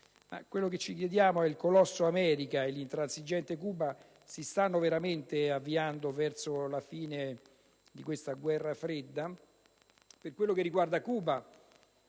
Quello che ci chiediamo è se il colosso America e l'intransigente Cuba si stiano veramente avviando verso la fine di questa guerra fredda. Per ciò che riguarda Cuba,